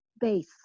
base